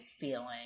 feeling